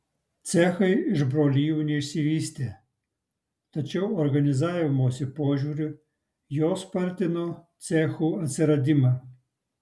cechai iš brolijų neišsivystė tačiau organizavimosi požiūriu jos spartino cechų atsiradimą